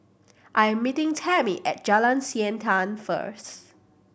I'm meeting Tammi at Jalan Siantan first